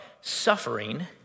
suffering